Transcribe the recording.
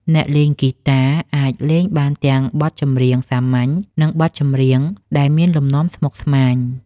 អ្នកលេងហ្គីតាអាចលេងបានទាំងបទចម្រៀងសាមញ្ញ និងបទដែលមានលំនាំស្មុគស្មាញ។